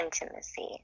intimacy